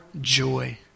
joy